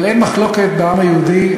אבל אין מחלוקת בעם היהודי,